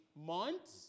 months